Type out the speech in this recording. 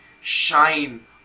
shine